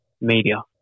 media